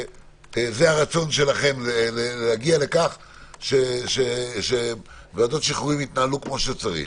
שזה הרצון שלכם להגיע לכך שוועדות שחרורים יתנהלו כמו שצריך.